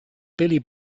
billy